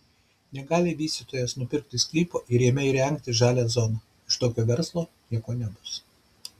negali vystytojas nupirkti sklypo ir jame įrengti žalią zoną iš tokio verslo nieko nebus